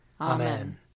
Amen